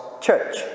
church